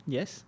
Yes